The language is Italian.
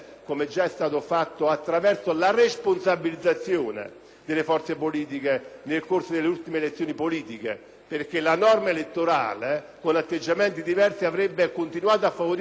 delle forze politiche nel corso delle ultime elezioni politiche (la norma elettorale infatti con atteggiamenti diversi avrebbe continuato a favorire la frammentazione). In questo caso, introducendo un